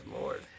lord